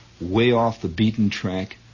way-off-the-beaten-track